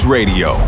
Radio